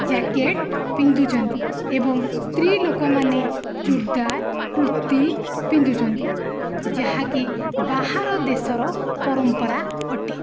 jacket ପିନ୍ଧୁଛନ୍ତି ଏଵଂ ସ୍ତ୍ରୀ ଲୋକମାନେ ଚୂଡ଼ଦାର କୁର୍ତ୍ତୀ ପିନ୍ଧୁଛନ୍ତି ଯାହାକି ବାହାର ଦେଶର ପରମ୍ପରା ଅଟେ